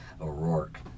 O'Rourke